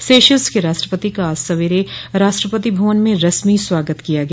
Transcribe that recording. Seychelles के राष्ट्रपति का आज सवेरे राष्ट्रपति भवन में रस्मी स्वागत किया गया